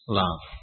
love